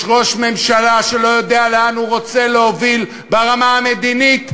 יש ראש ממשלה שלא יודע לאן הוא רוצה להוביל ברמה המדינית,